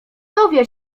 dowie